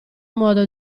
modo